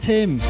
Tim